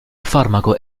farmaco